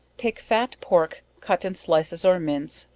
take fat pork cut in slices or mince,